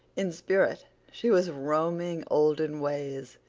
in spirit she was roaming olden ways,